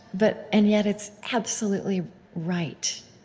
but and yet, it's absolutely right.